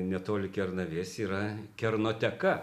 netoli kernavės yra kernoteka